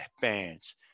fans